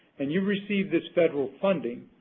and you receive this federal funding,